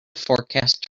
forecast